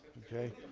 ok?